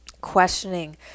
questioning